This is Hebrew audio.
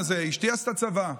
אשתי עשתה צבא.